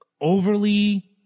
overly